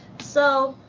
so,